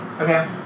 Okay